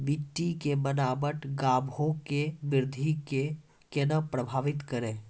मट्टी के बनावट गाछो के वृद्धि के केना प्रभावित करै छै?